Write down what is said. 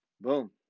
Boom